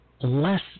less